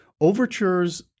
overtures